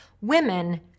women